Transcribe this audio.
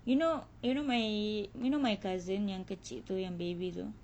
you know you know my you know my cousin yang kecil tu yang baby tu